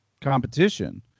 competition